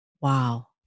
Wow